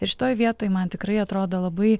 ir šitoje vietoj man tikrai atrodo labai